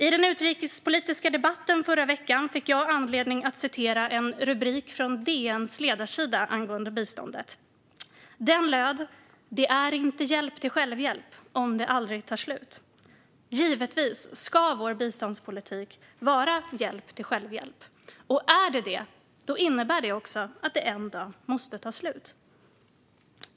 I den utrikespolitiska debatten förra veckan fick jag anledning att citera en rubrik från DN:s ledarsida angående biståndet. Den löd: "Det är inte hjälp till självhjälp om det aldrig tar slut." Givetvis ska vår biståndspolitik vara hjälp till självhjälp, och om den är det innebär det också att biståndet en dag måste ta slut.